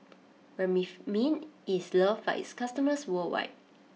Remifemin is loved by its customers worldwide